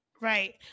Right